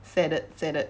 said it said it